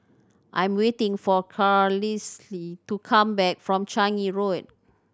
I'm waiting for Carlisle to come back from Changi Road